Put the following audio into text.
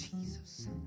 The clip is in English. Jesus